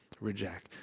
reject